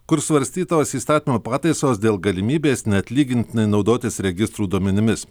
kur svarstytos įstatymo pataisos dėl galimybės neatlygintinai naudotis registrų duomenimis